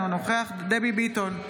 אינו נוכח דבי ביטון,